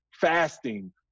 fasting